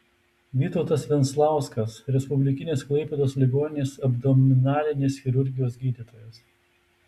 vytautas venclauskas respublikinės klaipėdos ligoninės abdominalinės chirurgijos gydytojas